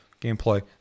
gameplay